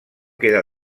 queda